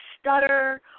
stutter